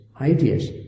ideas